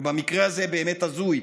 ובמקרה הזה, באמת הזוי.